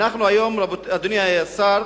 אדוני השר,